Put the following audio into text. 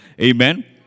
amen